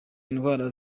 indwara